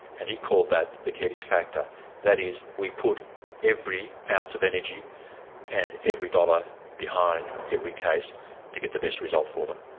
and he called that the keddies factor that is, we put every ounce of energy and every dollar behind every case to get the best result for them.